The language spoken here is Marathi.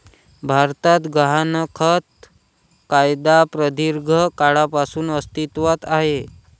भारतात गहाणखत कायदा प्रदीर्घ काळापासून अस्तित्वात आहे